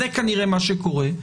זה כנראה מה שקורה.